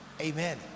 Amen